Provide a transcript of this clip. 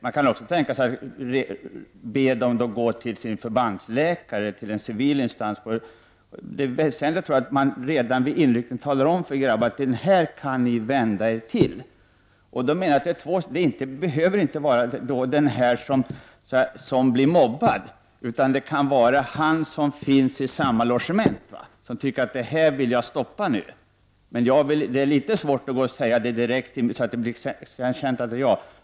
Det kan också vara rimligt att gå till förbandsläkaren som är en civil instans. Det är väsentligt att man redan vid inryckningen talar om för grabbarna vem de kan vända sig till. Det behöver inte vara just den som blir mobbad, utan det kan vara en logementskamrat som tycker att det börjar gå för långt. Men det kan vara litet svårt om det blir känt vem det är som har berättat om saken.